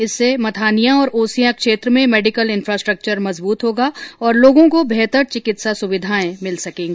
इससे मथानिया और ओसियां क्षेत्र में मेडिकल इन्फ्रास्ट्रक्चर मजबूत होगा और लोगों को बेहतर चिकित्सा सुविधाएं मिल सकेंगी